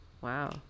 Wow